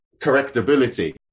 correctability